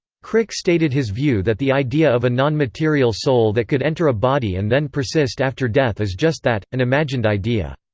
crick stated his view that the idea of a non-material soul that could enter a body and then persist after death is just that, an imagined idea.